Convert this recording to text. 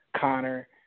Connor